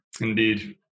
Indeed